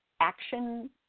action